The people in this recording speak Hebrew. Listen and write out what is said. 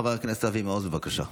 חבר הכנסת אבי מעוז, בבקשה.